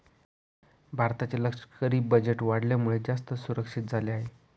भारताचे लष्करी बजेट वाढल्यामुळे, जास्त सुरक्षित झाले आहे